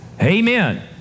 Amen